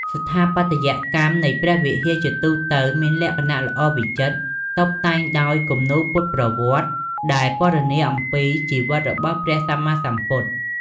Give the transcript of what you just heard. ស្ថាបត្យកម្មនៃព្រះវិហារជាទូទៅមានលក្ខណៈល្អវិចិត្រ តុបតែងដោយ គំនូរពុទ្ធប្រវត្តិ ដែលពណ៌នាអំពីជីវិតរបស់ព្រះសម្មាសម្ពុទ្ធ។